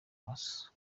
amaso